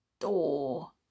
door